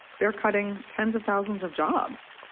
they're cutting tens of thousands of jobs.